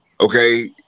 okay